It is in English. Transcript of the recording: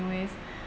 new ways